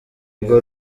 urwo